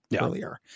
earlier